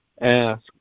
ask